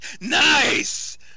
Nice